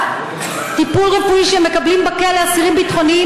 באמת, כל הכבוד שהסכמתם ונאבקתם כדי לקבל אחריות.